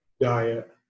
diet